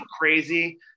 crazy